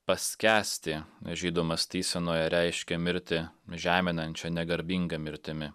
paskęsti žydų mąstysenoje reiškia mirtį žeminančia negarbinga mirtimi